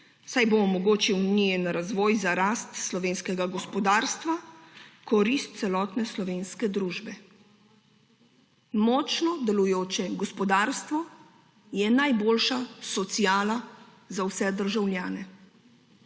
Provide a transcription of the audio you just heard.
saj bo omogočil njen razvoj za rast slovenskega gospodarstva v korist celotne slovenske družbe. Močno delujoče gospodarstvo je najboljša sociala za vse državljane.